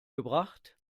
gebracht